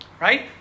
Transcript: right